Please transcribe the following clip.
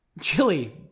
Chili